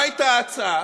מה הייתה ההצעה?